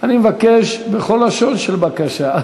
אני מבקש בכל לשון של בקשה,